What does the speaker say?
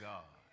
God